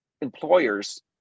employers